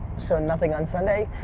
so nothing on sunday.